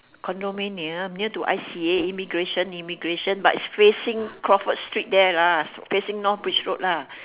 condominium near to I_C_A immigration immigration but it's facing crawford street there lah facing north bridge road lah